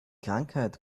krankheit